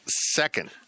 second